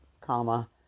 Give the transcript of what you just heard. comma